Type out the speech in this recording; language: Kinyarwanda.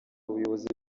ubuyobozi